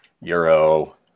euro